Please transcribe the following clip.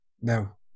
No